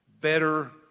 better